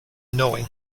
knowing